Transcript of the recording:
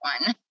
one